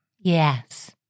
Yes